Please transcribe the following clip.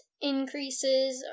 increases